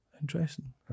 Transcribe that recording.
Interesting